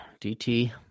DT